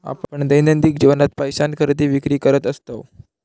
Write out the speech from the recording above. आपण दैनंदिन जीवनात पैशान खरेदी विक्री करत असतव